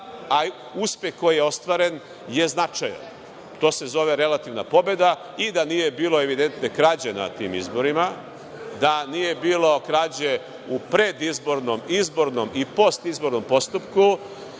a uspeh koji je ostvaren je značajan. To se zove relativna pobeda i da nije bilo evidentne krađe na tim izborima, da nije bilo krađe u predizbornom, izbornom i postizbornom postupku